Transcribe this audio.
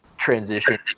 transition